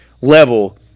level